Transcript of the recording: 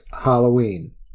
Halloween